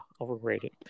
Overrated